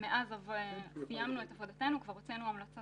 מאז סיימנו את עבודתנו וכבר הוצאנו המלצה